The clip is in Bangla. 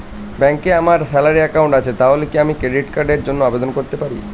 ব্যাংকে আমার স্যালারি অ্যাকাউন্ট আছে তাহলে কি আমি ক্রেডিট কার্ড র জন্য আবেদন করতে পারি?